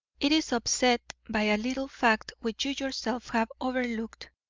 it is up set by a little fact which you yourself have overlooked.